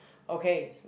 okay